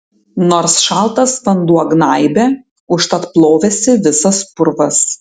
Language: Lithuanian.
nors šaltas vanduo gnaibė užtat plovėsi visas purvas